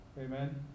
Amen